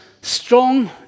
strong